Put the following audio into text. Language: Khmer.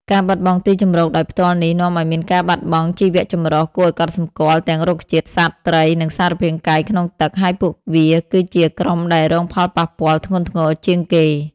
ការបាត់បង់ទីជម្រកដោយផ្ទាល់នេះ នាំឱ្យមានការបាត់បង់ជីវៈចម្រុះគួរឱ្យកត់សម្គាល់ ទាំងរុក្ខជាតិ សត្វ ត្រី និងសារពាង្គកាយក្នុងទឹក ហើយពួគវាគឺជាក្រុមដែលរងផលប៉ះពាល់ធ្ងន់ធ្ងរជាងគេ។